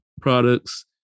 products